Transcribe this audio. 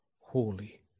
holy